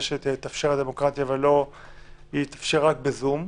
שתתאפשר הדמוקרטיה ולא יתאפשר רק בזום.